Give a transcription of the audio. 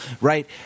right